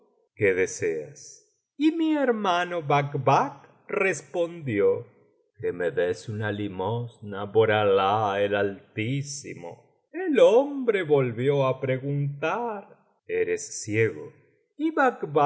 qué deseas y mi hermano bacbac respondió que me des una limosna por alah el altísimo el hombre volvió á preguntar eres ciego y